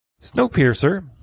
Snowpiercer